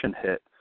hit